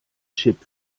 chip